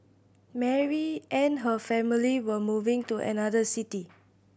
Mary and her family were moving to another city